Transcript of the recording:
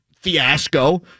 fiasco